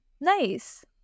Nice